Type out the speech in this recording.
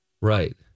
Right